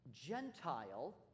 Gentile